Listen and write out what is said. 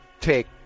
take